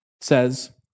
says